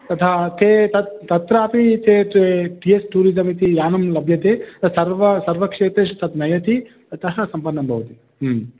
तथा ते तत् तत्रापि ते ते टी एस् टूरिसमिति यानं लभ्यते तत् सर्व सर्वक्षेत्रेषु तद् नयति अतः सम्पन्नं भवति